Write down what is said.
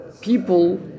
people